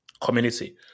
community